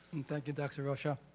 thank you dr. rocha.